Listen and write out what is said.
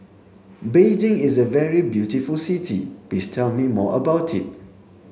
Beijing is a very beautiful city please tell me more about it